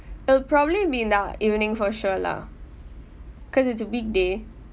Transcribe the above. it'll probably be in the evening for sure lah because it's a big day